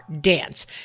dance